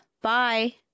bye